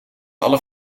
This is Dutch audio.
alle